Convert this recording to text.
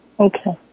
Okay